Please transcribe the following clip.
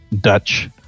Dutch